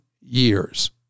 years